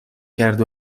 کرد